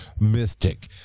mystic